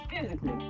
physically